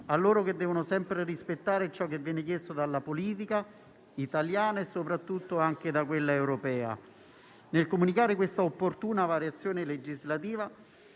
a loro che devono sempre rispettare ciò che viene chiesto dalla politica italiana e soprattutto europea. Nel comunicare questa opportuna variazione legislativa,